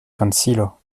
konsilo